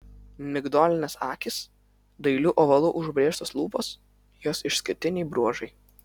migdolinės akys dailiu ovalu užbrėžtos lūpos jos išskirtiniai bruožai